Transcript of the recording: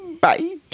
Bye